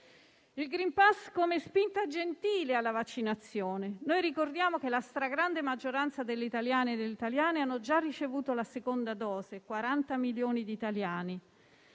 pass* va visto come spinta gentile alla vaccinazione. Noi ricordiamo che la stragrande maggioranza delle italiane e degli italiani hanno già ricevuto la seconda dose (40 milioni di italiani),